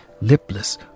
lipless